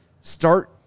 Start